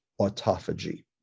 autophagy